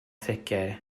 sicr